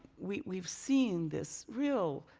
we've seen this real